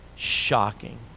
shocking